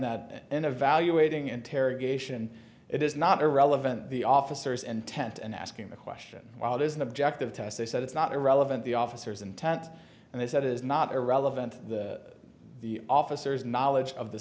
that in a valuating interrogation it is not irrelevant the officers intent and asking the question while it is an objective test they said it's not irrelevant the officers intent and they said it is not irrelevant to the officers knowledge of the